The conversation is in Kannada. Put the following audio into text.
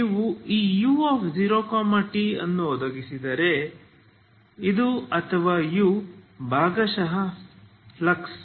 ನೀವು ಈ u0t ಅನ್ನು ಒದಗಿಸಿದರೆ ಇದು ಅಥವಾ u ಬಹುಶಃ ಫ್ಲಕ್ಸ್